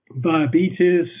diabetes